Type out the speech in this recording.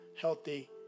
healthy